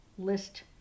list